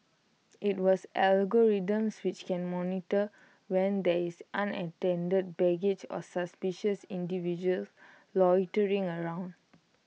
IT was algorithms which can monitor when there is unattended baggage or suspicious individuals loitering around